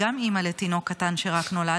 גם היא אימא לתינוק קטן שרק נולד.